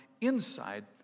inside